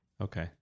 Okay